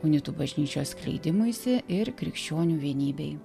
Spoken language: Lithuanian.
unitų bažnyčios skleidimuisi ir krikščionių vienybei